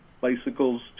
bicycles